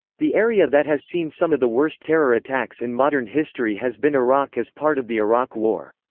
the area that has seen some of the worst terror attacks in modern history has been iraq as part of the iraq war.